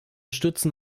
stützen